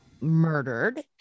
murdered